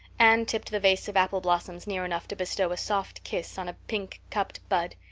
anne tipped the vase of apple blossoms near enough to bestow a soft kiss on a pink-cupped bud,